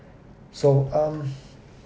so um